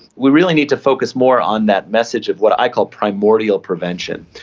we really need to focus more on that message of what i call primordial prevention,